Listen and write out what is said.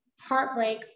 heartbreak